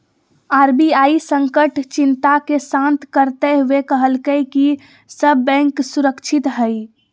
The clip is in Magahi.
आर.बी.आई संकट चिंता के शांत करते हुए कहलकय कि सब बैंक सुरक्षित हइ